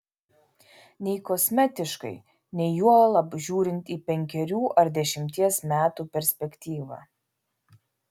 nei kosmetiškai nei juolab žiūrint į penkerių ar dešimties metų perspektyvą